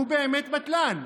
והוא באמת בטלן,